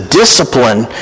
discipline